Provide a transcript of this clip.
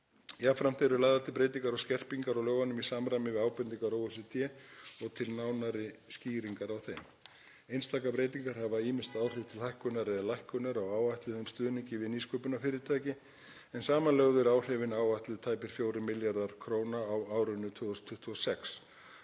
Jafnframt eru lagðar til breytingar og skerpingar á lögunum í samræmi við ábendingar OECD og til nánari skýringar á þeim. Einstakar breytingar hafa ýmist áhrif til hækkunar eða lækkunar á áætluðum stuðningi við nýsköpunarfyrirtæki en samanlögð eru áhrifin áætluð tæpir 4 milljarðar kr. á árinu 2026.